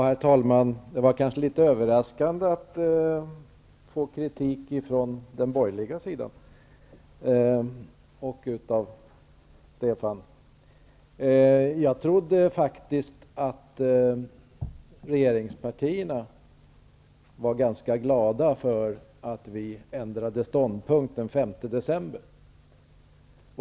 Herr talman! Det var litet överraskande att få kritik från den borgerliga sidan, av Stefan Attefall. Jag trodde faktiskt att regeringspartierna var ganska glada för att vi ändrade ståndpunkt den 5 december.